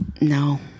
No